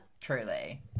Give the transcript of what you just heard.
truly